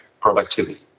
productivity